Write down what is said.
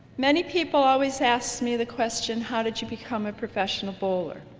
many people always ask me the question, how did you become a professional bowler?